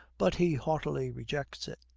but he haughtily rejects it.